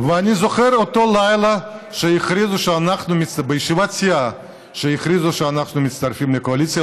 אני זוכר את אותו לילה בישיבת הסיעה שהכריזו שאנחנו מצטרפים לקואליציה.